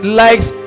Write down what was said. likes